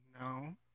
No